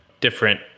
different